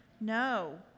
No